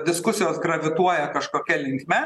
diskusijos gravituoja kažkokia linkme